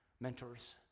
mentors